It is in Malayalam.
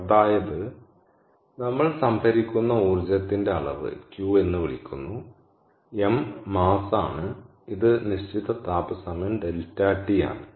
അതായത് നമ്മൾ സംഭരിക്കുന്ന ഊർജ്ജത്തിന്റെ അളവ് Q എന്ന് വിളിക്കുന്നു m മാസ്സ് ആണ് ഇത് നിശ്ചിത താപ സമയം ∆T ആണ്